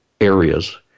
areas